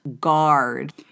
guard